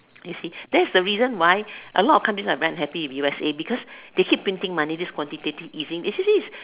you see that's the reason why a lot of counties are very unhappy with U_S_A because they keep printing money this quantitative easing isn't this